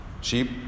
Sheep